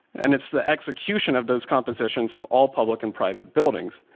and it's the execution of those compositions of all public and private buildings.